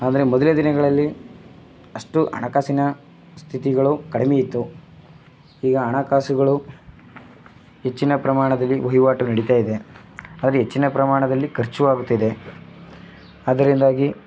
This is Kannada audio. ಅಂದರೆ ಮೊದಲನೇ ದಿನಗಳಲ್ಲಿ ಅಷ್ಟು ಹಣಕಾಸಿನ ಸ್ಥಿತಿಗಳು ಕಡಿಮೆ ಇತ್ತು ಈಗ ಹಣಕಾಸುಗಳು ಹೆಚ್ಚಿನ ಪ್ರಮಾಣದಲ್ಲಿ ವಹಿವಾಟು ನಡಿತಾಯಿದೆ ಅಲ್ಲಿ ಹೆಚ್ಚಿನ ಪ್ರಮಾಣದಲ್ಲಿ ಖರ್ಚು ಆಗುತ್ತಿದೆ ಆದ್ದರಿಂದಾಗಿ